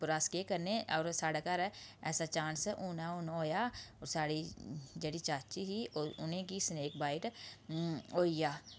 उप्पर अस केह् करने होर साढ़े घर ऐसा चांस हून गै हून होएआ ओह् साढ़ी जेह्ड़ी चाची ही उ नेंगी सनेक बाइट होई गेआ